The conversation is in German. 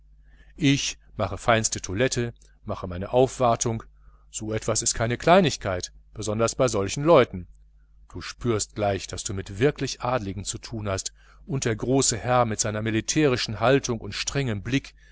ich mache feinste toilette mache meine aufwartung so etwas ist keine kleinigkeit besonders bei solchen leuten du spürst gleich daß du mit wirklich adeligen zu tun hast und der große herr mit seiner militärischen haltung und strengem blick